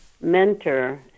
mentor